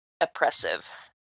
oppressive